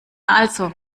also